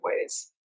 ways